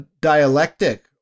dialectic